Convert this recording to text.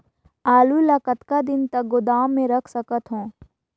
आलू ल कतका दिन तक गोदाम मे रख सकथ हों?